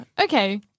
Okay